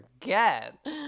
forget